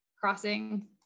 crossing